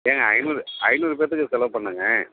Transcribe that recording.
ஏங்க ஐந்நூறு ஐந்நூறுப் பேர்த்துக்கு செலவுப் பண்ணுங்கள்